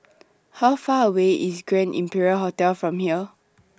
How Far away IS Grand Imperial Hotel from here